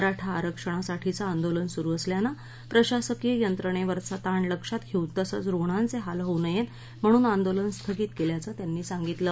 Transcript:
मराठा आरक्षणासाठीचं आंदोलन सुरु असल्यानं प्रशासकीय यंत्रणछिचा ताण लक्षात घसिन तसंच रुणांचविल होऊ नयक्रिणूनआंदोलन स्थगित कव्याचं त्यांनी सांगितलं